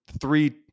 three